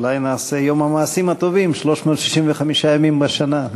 אולי נעשה יום המעשים הטובים 365 ימים בשנה,